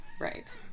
Right